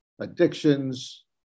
addictions